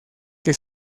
que